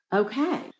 okay